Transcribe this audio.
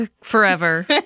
forever